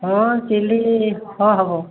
ହଁ ଚିଲି ହଁ ହେବ